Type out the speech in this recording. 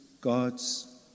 God's